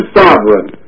sovereign